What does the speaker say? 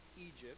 Egypt